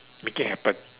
make it happen